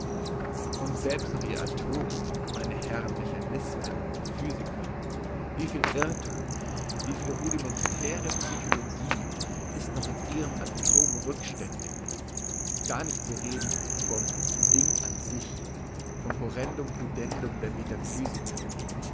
und selbst noch ihr atom meine herren mechanisten und physiker wie viel irrthum wie viel rudimentäre psychologie ist noch in ihrem atom rückständig gar nicht zu reden vom ding an sich vom horrendum pudendum der